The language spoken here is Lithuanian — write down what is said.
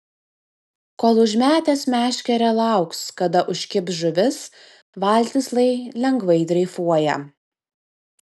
kol užmetęs meškerę lauks kada užkibs žuvis valtis lai lengvai dreifuoja